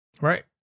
right